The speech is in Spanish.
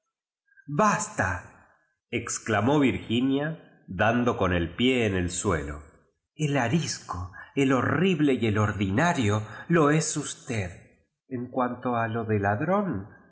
basta íexclamó virginia dando con el pie en el suelo el arisco el horrible y t ordinario lo es usted en cuanto a lo de ladrón